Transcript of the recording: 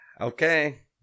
Okay